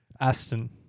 Aston